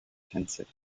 intensive